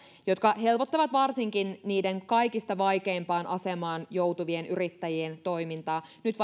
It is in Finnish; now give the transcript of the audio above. jotka helpottavat varsinkin niiden kaikista vaikeimpaan asemaan joutuvien yrittäjien toimintaa vaikkapa nyt